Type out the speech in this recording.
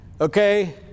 Okay